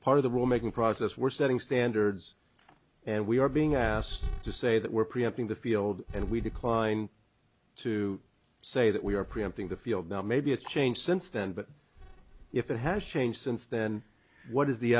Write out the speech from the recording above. part of the will making process we're setting standards and we are being asked to say that we're preempting the field and we decline to say that we are preempting the field now maybe it's changed since then but if it has changed since then what is the